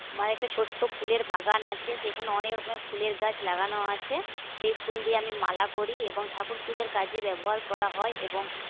আমার একটা ছোট্ট ফুলের বাগান আছে সেইখানে অনেক রকমের ফুলের গাছ লাগানো আছে সেই ফুল দিয়ে আমি মালা করি এবং ঠাকুর পুজার কাজে ব্যবহার করা হয় এবং